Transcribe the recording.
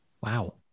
Wow